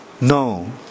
No